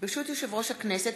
יושב-ראש הכנסת,